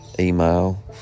email